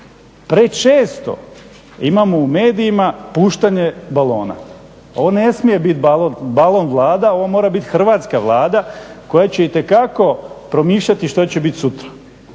Prečesto imamo u medijima puštanje balona. Ovo ne smije biti balon Vlada, ovo mora biti Hrvatska Vlada koja će itekako promišljati što će biti sutra.